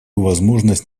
возможность